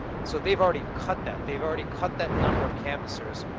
and so, they've already cut that. they've already cut that number of canvassers.